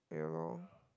yeah lor